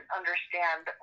understand